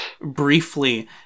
briefly